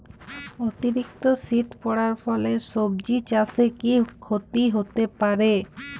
অতিরিক্ত শীত পরার ফলে সবজি চাষে কি ক্ষতি হতে পারে?